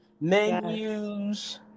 menus